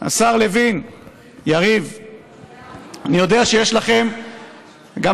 אני יודע שיש לכם עכשיו,